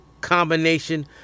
combination